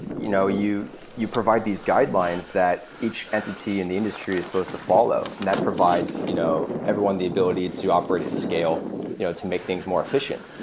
you know you you provide these guidelines that each entity in the industry is supposed to follow, and that provides you know everyone the ability to operate at scale you know to make things more efficient.